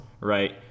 right